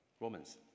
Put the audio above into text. Romans